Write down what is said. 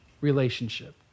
relationship